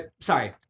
Sorry